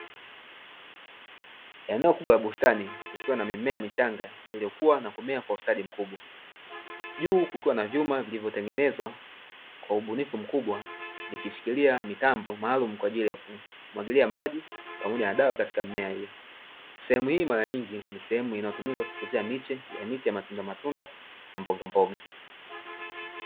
Eneo kubwa la bustani likiwa na mimea michanga iliyokua na kumea kwa ustadi mkubwa. Juu kukiwa na vyuma vilivyotengenezwa kwa ubunifu mkubwa likishikilia mitambo maalumu, kwa ajili ya kumwagilia maji pamoja na dawa katika mimea hiyo. Sehemu hii mara nyingi ni sehemu inayotumika kukuzia miche ya miti ya matundamatunda na mbogaboga.